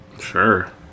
Sure